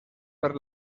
per